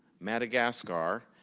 madagascar,